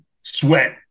sweat